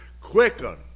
quicken